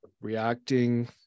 reacting